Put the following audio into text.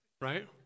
right